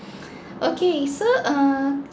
okay so err